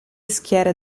schiere